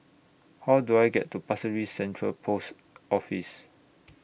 How Do I get to Pasir Ris Central Post Office